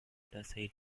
aside